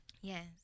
Yes